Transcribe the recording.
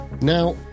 Now